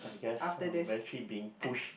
yes uh we're actually being pushed